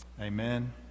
Amen